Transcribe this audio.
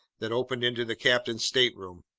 that opened into the captain's stateroom.